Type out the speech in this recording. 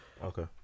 Okay